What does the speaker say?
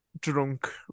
drunk